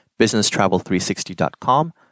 BusinessTravel360.com